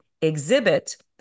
exhibit